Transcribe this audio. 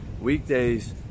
Weekdays